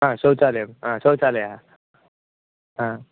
हा शौचालयः शौचालयः हा